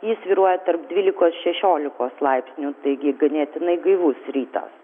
ji svyruoja tarp dvylikos šešiolikos laipsnių taigi ganėtinai gaivus rytas